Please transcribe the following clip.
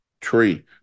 tree